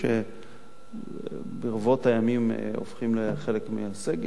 שברבות הימים הופכים לחלק מהסגל,